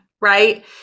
right